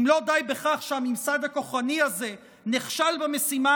אם לא די בכך שהממסד הכוחני הזה נכשל במשימה